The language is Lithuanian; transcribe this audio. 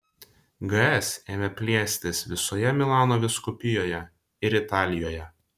gs ėmė plėstis visoje milano vyskupijoje ir italijoje